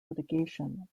litigation